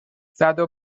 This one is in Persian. زدو